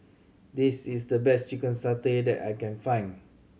this is the best chicken satay that I can find